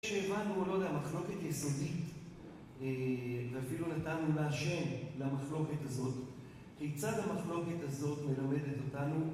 כשאמדנו לו למחלוקת יסודית, ואפילו נתנו לה שם למחלוקת הזאת, כיצד המחלוקת הזאת מלמדת אותנו